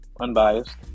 unbiased